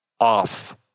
off